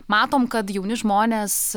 matom kad jauni žmonės